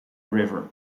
river